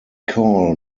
call